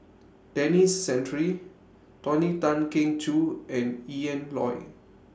Denis Santry Tony Tan Keng Joo and Ian Loy